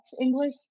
English